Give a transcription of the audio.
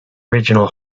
original